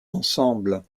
ensemble